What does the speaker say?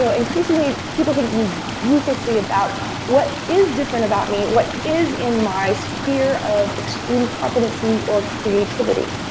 so increasingly, people think ruthlessly about what is different about me? what is in my sphere of extreme competency or creativity?